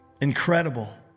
incredible